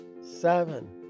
seven